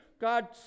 God